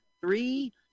three